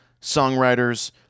songwriters